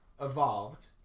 evolved